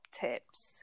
tips